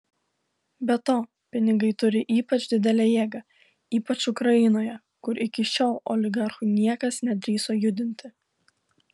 be to pinigai turi ypač didelę jėgą ypač ukrainoje kur iki šiol oligarchų niekas nedrįso judinti